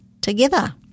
together